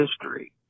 history